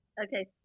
Okay